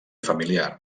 familiar